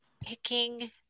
picking